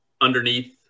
underneath